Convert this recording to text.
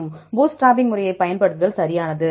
bootstrapping முறையைப் பயன்படுத்துதல் சரியானது